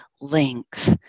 links